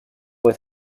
with